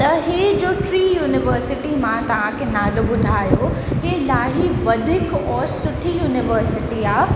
त हीउ जो टीं युनिवर्सिटी मां तव्हां खे नालो ॿुधायो हीउ इलाही वधीक और सुठी युनिवर्सिटी आहे